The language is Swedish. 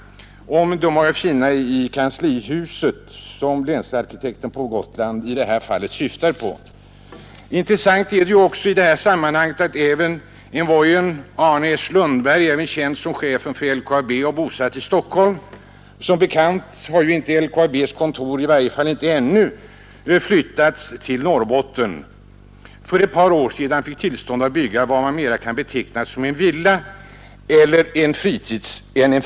Är det myndigheter i kanslihuset som länsarkitekten på Gotland i detta fall syftar på? Intressant i detta sammanhang är också att envoyén Arne S. Lundberg, även känd som chefen för LKAB och bosatt i Stockholm — LKAB:s kontor har som bekant inte ännu i varje fall flyttats till Norrbotten — för ett par år sedan fick tillstånd att på Gotland bygga vad man snarare kan beteckna som en villa än en fritidsstuga.